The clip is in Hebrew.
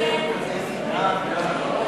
ההסתייגות של חברי הכנסת זהבה גלאון,